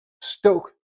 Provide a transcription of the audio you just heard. stoke